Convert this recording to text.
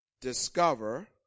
discover